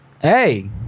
hey